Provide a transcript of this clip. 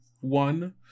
one